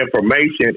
information